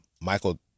Michael